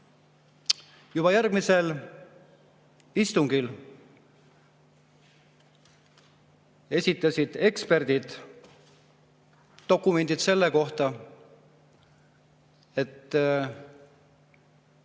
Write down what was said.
Juba järgmisel istungil esitasid eksperdid dokumendid selle kohta, et